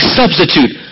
substitute